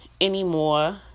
anymore